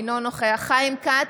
אינו נוכח חיים כץ,